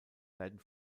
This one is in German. werden